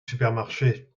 supermarché